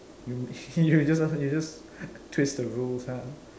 you you just want~ you just twist the rules !huh!